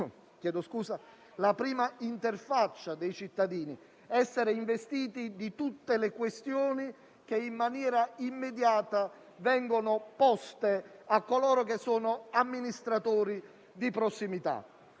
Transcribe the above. la prima interfaccia dei cittadini, essere investiti di tutte le questioni che in maniera immediata vengono poste a coloro che sono amministratori di prossimità.